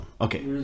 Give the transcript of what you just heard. Okay